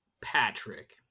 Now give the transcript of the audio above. Patrick